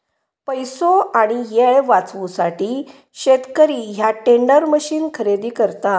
पैसो आणि येळ वाचवूसाठी शेतकरी ह्या टेंडर मशीन खरेदी करता